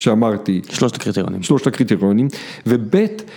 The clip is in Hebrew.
שאמרתי. שלושת הקריטריונים. שלושת הקריטריונים. ובית,